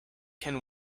can